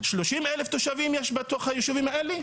30,000 תושבים יש בישובים האלה.